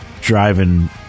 driving